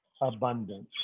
Abundance